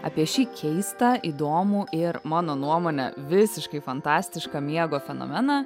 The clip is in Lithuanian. apie šį keistą įdomų ir mano nuomone visiškai fantastišką miego fenomeną